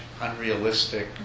unrealistic